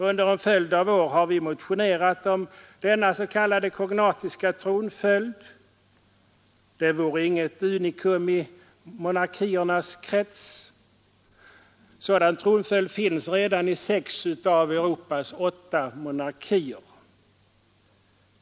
Under en följd avår —— i har vi motionerat om denna s.k. kognatiska tronföljd, som inte vore Ny regeringsform något unikum i monarkiernas krets. Sådan tronföljd finns redan i sex av och ny riksdags Europas åtta monarkier.